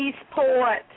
Eastport